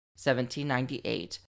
1798